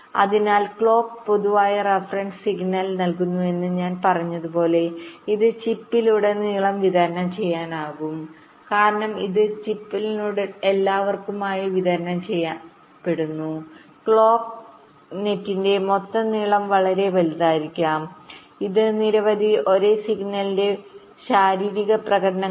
അതിനാൽ ക്ലോക്ക് പൊതുവായ reference signal നൽകുന്നുവെന്ന് ഞാൻ പറഞ്ഞതുപോലെ ഇത് ചിപ്പിലുടനീളം വിതരണം ചെയ്യപ്പെടാം കാരണം ഇത് ചിപ്പിലുടനീളം എല്ലാവർക്കുമായി വിതരണം ചെയ്യപ്പെടുന്നു ക്ലോക്ക് നെറ്റിന്റെമൊത്തം നീളം വളരെ വലുതായിരിക്കാം ഇത് നിരവധി ഒരേ സിഗ്നലിന്റെ ശാരീരിക പ്രകടനങ്ങൾ